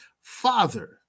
Father